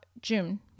June